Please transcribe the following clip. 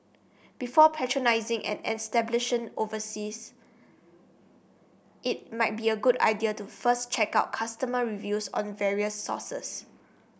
before patronising an establishing overseas it might be a good idea to first check out customer reviews on various sources